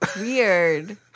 Weird